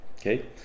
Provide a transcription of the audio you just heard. Okay